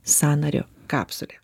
sąnario kapsulė